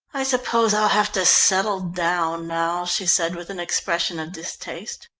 i suppose i'll have to settle down now, she said with an expression of distaste.